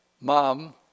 mom